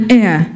air